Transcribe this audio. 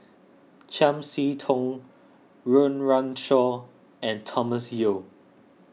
Chiam See Tong Run Run Shaw and Thomas Yeo